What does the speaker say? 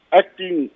acting